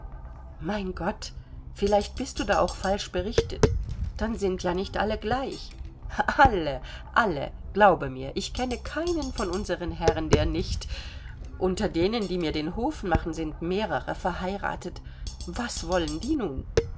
mein gott vielleicht bist du da auch falsch berichtet dann sind ja nicht alle gleich alle alle glaube mir ich kenne keinen von unseren herren der nicht unter denen die mir den hof machen sind mehrere verheiratet was wollen die nun